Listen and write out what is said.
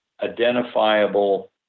identifiable